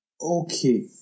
okay